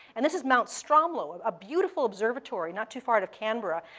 and this is mount stromlo, a beautiful observatory not too far out of canberra,